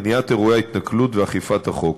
מניעת אירועי התנכלות ואכיפת החוק.